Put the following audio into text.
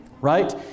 Right